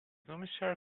commissaire